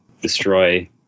destroy